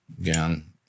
again